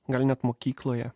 gal net mokykloje